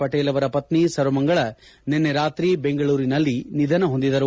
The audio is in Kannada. ಪಟೇಲ್ ಅವರ ಪತ್ನಿ ಸರ್ವಮಂಗಳ ನಿನ್ನೆ ರಾತ್ರಿ ಬೆಂಗಳೂರಿನಲ್ಲಿ ನಿಧನ ಹೊಂದಿದರು